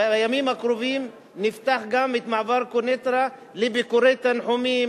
בימים הקרובים נפתח גם את מעבר קוניטרה לביקורי תנחומים,